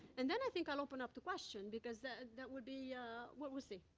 and then, i think i'll open up to question, because ah that will be well, we'll see.